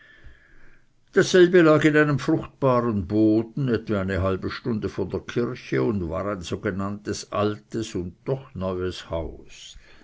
dasselbe lag in einem fruchtbaren boden etwa eine halbe stunde von der kirche und war ein sogenanntes altes und doch neues haus